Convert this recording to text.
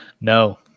No